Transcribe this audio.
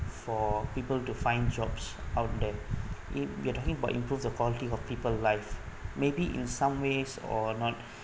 for people to find jobs out there if we're talking about improves the quality of people life maybe in some ways or not